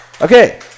Okay